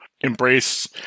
embrace